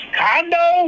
condo